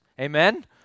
amen